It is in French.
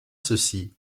ceci